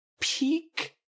peak